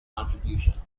contribution